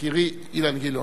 יקירי אילן גילאון.